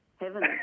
Heaven